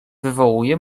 wywołuje